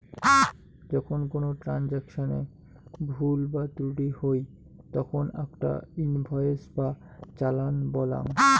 যখন কোনো ট্রান্সাকশনে ভুল বা ত্রুটি হই তখন আকটা ইনভয়েস বা চালান বলাঙ্গ